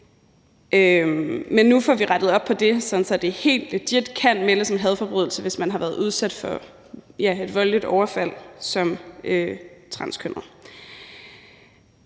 det. Nu får vi rettet op på det, sådan at det helt legit kan meldes som hadforbrydelse, hvis man har været udsat for et voldeligt overfald som transkønnet.